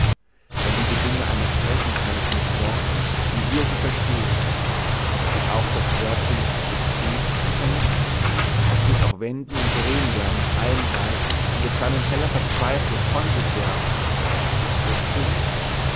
wenn diese dinge einmal sprechen könnten mit worten wie wir sie verstehn ob sie auch das wörtchen wozu kennen ob sie es auch wenden und drehen werden nach allen seiten und es dann in heller verzweiflung von sich werfen wozu